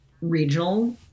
regional